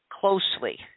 closely